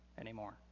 anymore